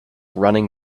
running